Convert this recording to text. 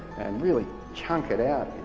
and really chunk it out